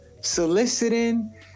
soliciting